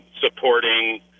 supporting